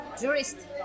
jurist